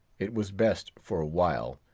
it was best, for awhile,